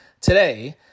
today